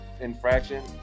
infraction